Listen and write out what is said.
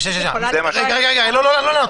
אני